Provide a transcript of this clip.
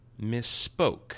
misspoke